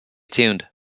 tuned